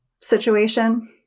Situation